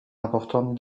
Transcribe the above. importantes